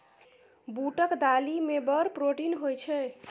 बूटक दालि मे बड़ प्रोटीन होए छै